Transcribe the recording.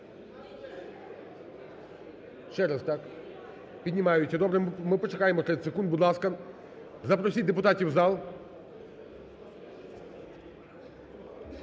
Ще раз, так? Піднімаються, добре. Ми почекаємо 30 секунд, будь ласка, запросіть депутатів в зал.